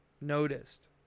noticed